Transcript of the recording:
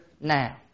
now